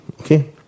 Okay